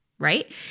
right